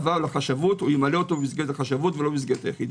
הוא ימלא אותו במסגרת החשבות לא במסגרת היחידה.